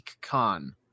Khan